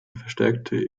verstärkte